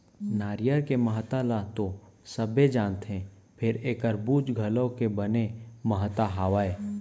नरियर के महत्ता ल तो सबे जानथें फेर एकर बूच घलौ के बने महत्ता हावय